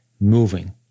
moving